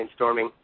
brainstorming